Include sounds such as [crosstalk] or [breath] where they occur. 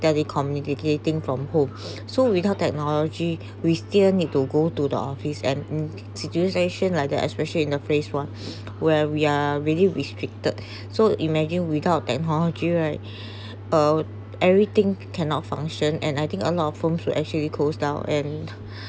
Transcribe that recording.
they communicating from home [noise] so without technology we still need to go to the office and situation like that especially in a phase one where we are really restricted [breath] so imagine without technology right uh everything cannot function and I think a lot of firms who actually closed down and [breath]